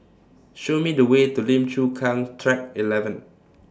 Show Me The Way to Lim Chu Kang Track eleven